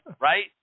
Right